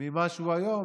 ממה שהוא היום,